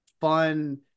fun